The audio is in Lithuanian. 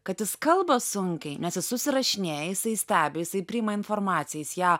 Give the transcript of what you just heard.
kad jis kalba sunkiai nes jis susirašinėja jisai stebi jisai priima informaciją jis ją